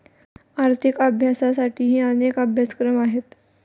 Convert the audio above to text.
आर्थिक अभ्यासासाठीही अनेक अभ्यासक्रम आहेत